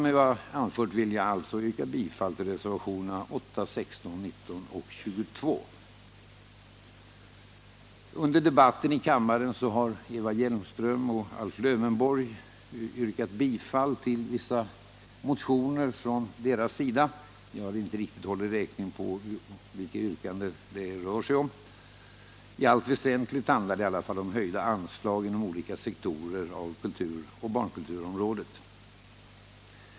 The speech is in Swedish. Med vad jag anfört vill jag yrka bifall till reservationerna 8, 16, 19 och 22. Under debatten i kammaren har Eva Hjelmström och Alf Lövenborg yrkat bifall till vissa motioner från deras sida. Jag har inte riktigt hållit räkning på vilka yrkanden det rör sig om. Men i allt väsentligt handlar det om höjda anslag inom olika sektorer av kulturoch barnkulturområdet.